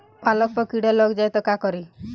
पालक पर कीड़ा लग जाए त का करी?